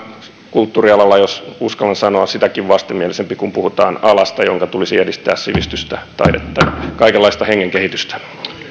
kulttuurialalla jos uskallan sanoa sitäkin vastenmielisempi kun puhutaan alasta jonka tulisi edistää sivistystä taidetta ja kaikenlaista hengen kehitystä ja